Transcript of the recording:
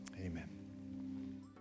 amen